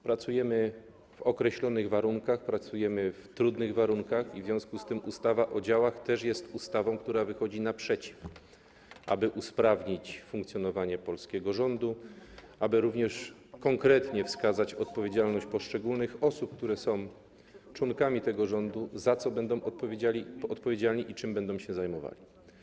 Pracujemy w określonych warunkach, pracujemy w trudnych warunkach i ustawa o działach też jest ustawą, która wychodzi naprzeciw temu, aby usprawnić funkcjonowanie polskiego rządu, aby również konkretnie wskazać odpowiedzialność poszczególnych osób, które są członkami tego rządu, za co będą odpowiedzialni i czym będą się zajmowali.